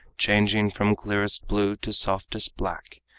changing from clearest blue to softest black,